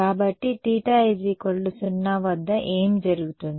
కాబట్టి θ 0 వద్ద ఏమి జరుగుతుంది